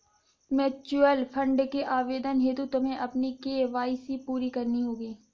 mutual fund के आवेदन हेतु तुम्हें अपनी के.वाई.सी पूरी करनी होगी